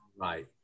Right